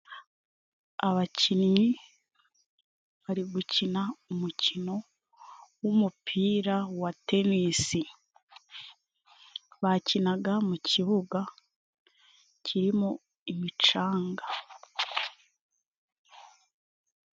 Abakinnyi bari gukina umukino w'umupira wa tenisi, bakinaga mu kibuga kirimo imicanga.